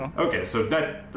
okay, so that,